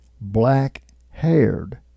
black-haired